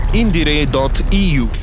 indire.eu